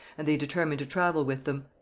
and they determined to travel with them.